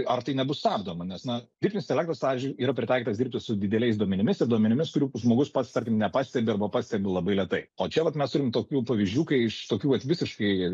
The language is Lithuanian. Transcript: ar tai nebus stabdoma nes na dirbtinis intelektas pavyzdžiui yra pritaikytas dirbti su dideliais duomenimis ir duomenimis kurių žmogus pats tarkim nepastebi arba pastebi labai lėtai o čia vat mes turim tokių pavyzdžių kai iš tokių vat visiškai